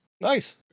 Nice